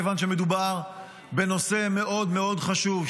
כיוון שמדובר בנושא מאוד מאוד חשוב.